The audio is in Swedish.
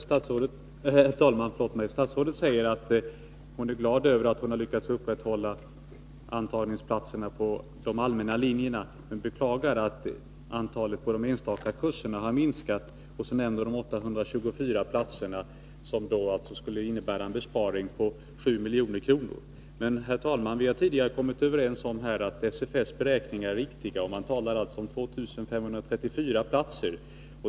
Herr talman! Statsrådet säger att hon är glad över att ha lyckats upprätthålla antalet antagningsplatser på de allmänna linjerna men beklagar att antalet på de enstaka kurserna har minskat. Och så nämner hon de 824 platser som skulle innebära en besparing på 7 milj.kr. Men, herr talman, vi har tidigare kommit överens om att SFS beräkningar är riktiga, och där talar man om 2 534 platser.